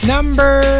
Number